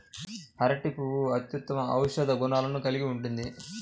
అరటి పువ్వు అత్యుత్తమ ఔషధ గుణాలను కలిగి ఉంటుంది